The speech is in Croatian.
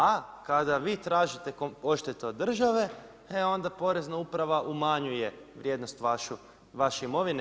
A kada vi tražite odštetu od države e onda porezna uprava umanjuje vrijednost vaše imovine.